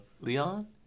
Leon